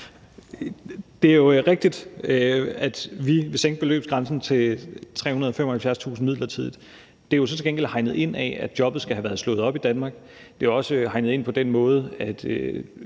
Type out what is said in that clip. Det er jo rigtigt, at vi vil sænke beløbsgrænsen til 375.000 kr. midlertidigt. Det er jo så til gengæld hegnet ind af, at jobbet skal have været slået op i Danmark. Det er også hegnet ind på den måde,